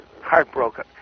heartbroken